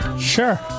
Sure